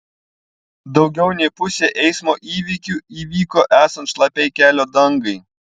daugiau nei pusė eismo įvykių įvyko esant šlapiai kelio dangai